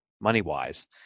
money-wise